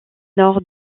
nord